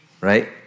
right